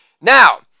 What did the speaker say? Now